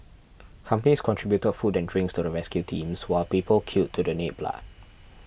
companies contributed food and drinks to the rescue teams while people queued to donate blood